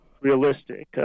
realistic